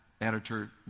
editor